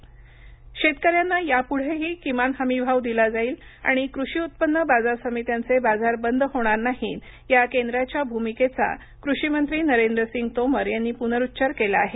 तोमर हमीभाव शेतकऱ्यांना यापुढेही किमान हमी भाव दिला जाईल आणि कृषी उत्पन्न बाजार समित्यांचे बाजार बंद होणार नाहीत या केंद्राच्या भूमिकेचा कृषीमंत्री नरेंद्रसिंग तोमर यांनी पुनरुच्चार केला आहे